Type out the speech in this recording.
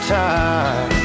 time